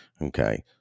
Okay